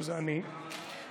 שזה אני,